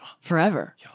Forever